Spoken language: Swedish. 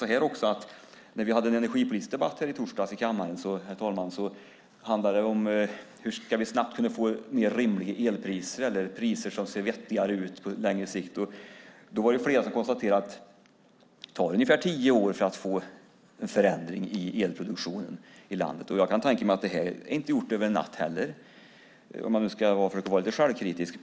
I torsdags hade vi en energipolitisk debatt här i kammaren. Då handlade det om hur vi snabbt kan få rimligare elpriser och vettigare elpriser på längre sikt. Flera konstaterade att det tar ungefär tio år att få till stånd en förändring i elproduktionen i vårt land. Jag kan tänka mig att inte heller det vi här diskuterar är gjort över en natt - för att försöka vara lite självkritisk.